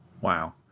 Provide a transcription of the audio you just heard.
wow